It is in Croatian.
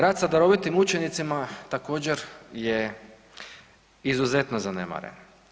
Rad sa darovitim učenicima također je izuzetno zanemaren.